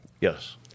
Yes